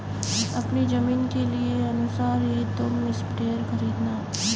अपनी जमीन के अनुसार ही तुम स्प्रेयर खरीदना